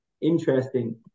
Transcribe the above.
interesting